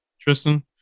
Tristan